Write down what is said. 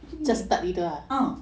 macam gini ah